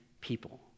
people